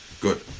Good